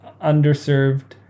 underserved